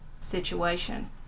situation